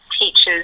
teachers